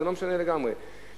אבל זה לגמרי לא משנה.